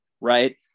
right